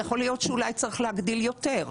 יכול להיות שאולי צריך להגדיל יותר,